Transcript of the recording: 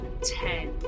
Ten